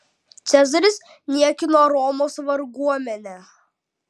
cezaris niekino romos varguomenę